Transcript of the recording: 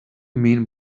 mean